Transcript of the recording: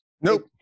Nope